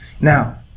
Now